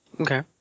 okay